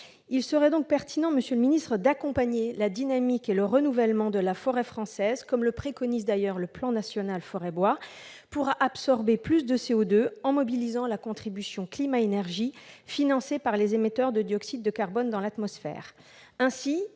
Il serait donc pertinent, monsieur le secrétaire d'État, d'accompagner la dynamique et le renouvellement de la forêt française, comme le préconise d'ailleurs le plan national de la forêt et du bois, afin d'absorber plus de CO2 en mobilisant la contribution climat-énergie financée par les émetteurs de dioxyde de carbone dans l'atmosphère.